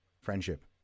friendship